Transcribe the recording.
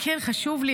כן, חשוב לי.